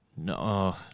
No